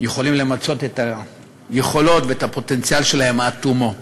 יכולים למצות את היכולות ואת הפוטנציאל שלהם עד תום.